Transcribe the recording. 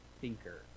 thinker